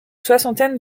soixantaine